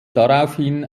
daraufhin